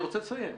אני רוצה לסיים.